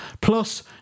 Plus